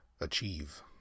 Achieve